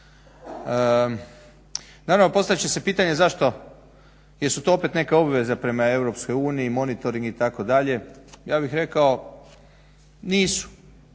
Naravno, postavit će se pitanje zašto, jesu to opet neke obveze prema EU, monitoring itd. Ja bih rekao nisu.